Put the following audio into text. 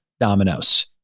dominoes